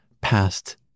past